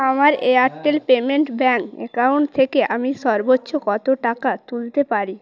আমার Airtel payment bank account থেকে আমি সর্বোচ্চ কত টাকা তুলতে পারি